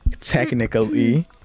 technically